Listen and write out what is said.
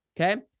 Okay